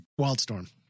Wildstorm